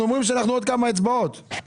אתה